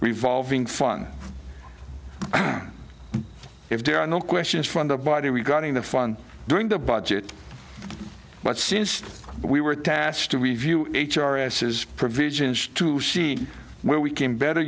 revolving fun if there are no questions from the body regarding the fun during the budget but since we were tasked to review h r s's provisions to see where we came better